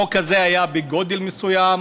החוק הזה היה בגודל מסוים,